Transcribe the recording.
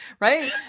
right